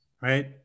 right